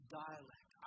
dialect